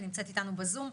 בבקשה.